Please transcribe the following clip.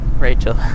Rachel